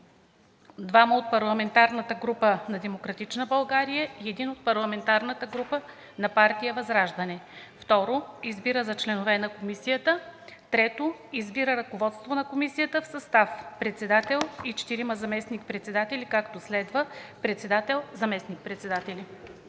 2 от парламентарната група на „Демократична България“ и 1 от парламентарната група на партия ВЪЗРАЖДАНЕ. 2. Избира за членове на Комисията: … 3. Избира ръководство на Комисията в състав председател и 4 заместник-председатели, както следва: Председател: … Заместник-председатели: